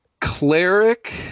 Cleric